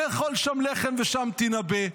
ואֱכׇל שם לחם ושם תנָבא.